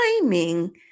timing